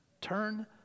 turn